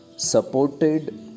supported